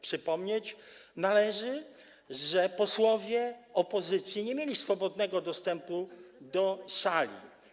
Przypomnieć należy, że posłowie opozycji nie mieli swobodnego dostępu do sali.